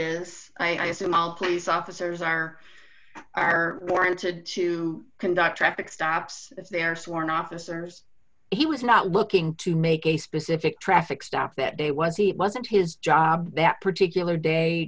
background is i assume all place officers are are warranted to conduct traffic stops if they're sworn officers he was not looking to make a specific traffic stop that day was he it wasn't his job that particular day